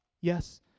Yes